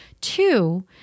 Two